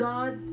God